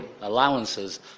allowances